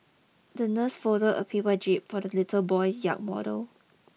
the nurse folded a paper jib for the little boy's yacht model